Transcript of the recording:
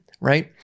right